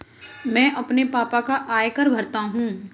मैं अपने पापा का आयकर भरता हूं